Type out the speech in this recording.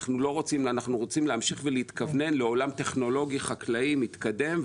אבל אנחנו רוצים להמשיך ולהתכוונן לעולם טכנולוגי חקלאי מתקדם,